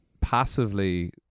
passively